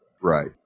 Right